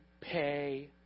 pay